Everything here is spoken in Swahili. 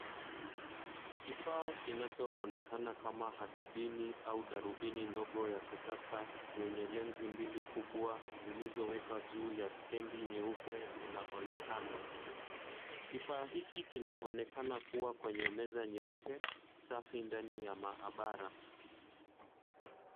Kifaa kinachonekana kama hadubini, au darubini ndogo ya kisasa yenye lensi mbili kubwa zilizowekwa juu ya stendi nyeupe unaonekana. Kifaa hiki kinaonekana kuwa kwenye meza nyeupe, safi ndani ya maabara.